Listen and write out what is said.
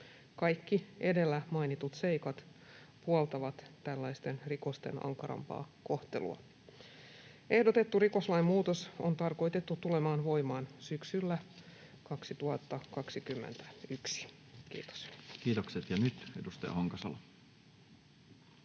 Kaikki edellä mainitut seikat puoltavat tällaisten rikosten ankarampaa kohtelua. Ehdotettu rikoslain muutos on tarkoitettu tulemaan voimaan syksyllä 2021. — Kiitos. Kiitokset. — Ja nyt edustaja Honkasalo.